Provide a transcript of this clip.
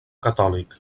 catòlic